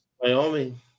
Wyoming